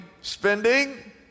spending